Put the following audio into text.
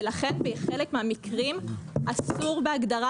ולכן בחלק מהמקרים אסור בהגדרה,